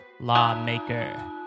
lawmaker